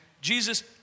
Jesus